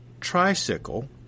Tricycle